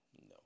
no